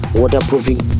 waterproofing